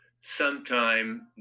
sometime